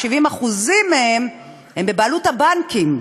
70% מהם הם בבעלות הבנקים,